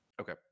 Okay